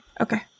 Okay